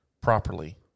properly